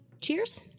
cheers